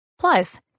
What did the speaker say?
Plus